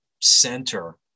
center